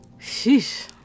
Sheesh